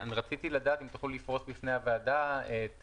רציתי אם תוכלו לפרוס בפני הוועדה את